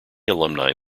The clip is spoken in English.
alumni